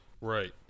right